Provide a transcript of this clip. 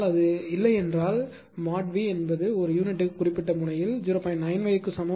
ஆனால் அது இல்லையென்றால் மோட் வி என்பது ஒரு யூனிட்டுக்கு குறிப்பிட்ட முனையில் 0